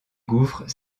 gouffres